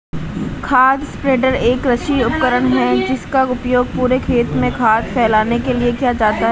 खाद स्प्रेडर एक कृषि उपकरण है जिसका उपयोग पूरे खेत में खाद फैलाने के लिए किया जाता है